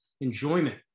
enjoyment